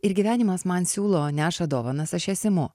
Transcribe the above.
ir gyvenimas man siūlo neša dovanas aš jas imu